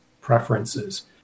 preferences